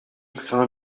crains